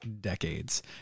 decades